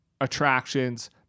attractions